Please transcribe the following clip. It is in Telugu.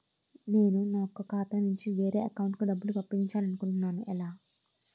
నేను నా యెక్క ఖాతా నుంచి వేరే వారి అకౌంట్ కు డబ్బులు పంపించాలనుకుంటున్నా ఎలా?